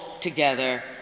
together